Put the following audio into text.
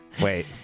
Wait